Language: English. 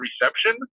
reception